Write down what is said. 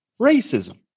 racism